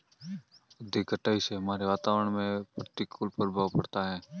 अधिक कटाई से हमारे वातावरण में प्रतिकूल प्रभाव पड़ता है